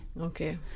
Okay